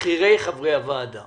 מבכירי חברי הוועדה